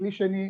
כלי שני,